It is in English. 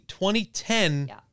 2010